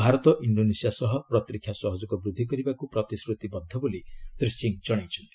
Bharat Indonesia ସହ ପ୍ରତିରକ୍ଷା ସହଯୋଗ ବୃଦ୍ଧି କରିବାକୁ ପ୍ରତିଶ୍ରତିବଦ୍ଧ ବୋଲି ଶ୍ରୀ ସିଂହ ଜଣାଇଛନ୍ତି